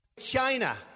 China